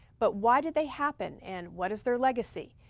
but why did they happen, and what is their legacy?